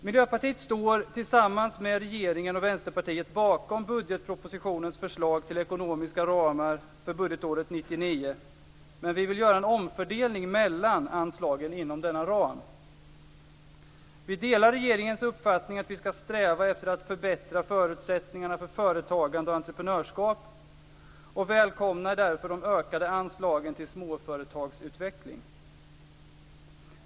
Miljöpartiet står - tillsammans med regeringen och Vänsterpartiet - bakom budgetpropositionens förslag till ekonomiska ramar för budgetåret 1999. Men vi vill göra en omfördelning mellan anslagen inom denna ram. Vi delar regeringens uppfattning att vi skall sträva efter att förbättra förutsättningarna för företagande och entreprenörskap och välkomnar därför de ökade anslagen till småföretagsutveckling.